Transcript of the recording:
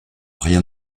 rien